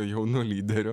jaunu lyderiu